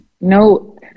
No